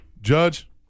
Judge